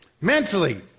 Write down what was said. Mentally